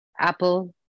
Apple